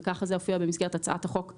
וכך זה הופיע במסגרת הצעת החוק הממשלתית,